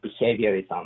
behaviorism